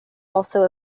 also